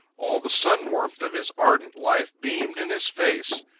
all the sun-warmth of his ardent life beamed in his face.